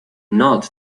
not